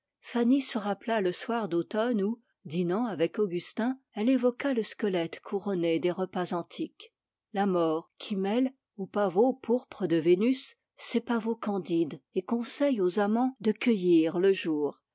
fanny se rappela le soir d'automne où dînant avec augustin elle évoqua le squelette couronné des repas antiques la mort qui mêle aux pavots pourpres de vénus ses pavots candides et conseille aux amants de cueillir le jour